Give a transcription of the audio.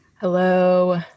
Hello